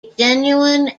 genuine